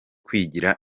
kwigira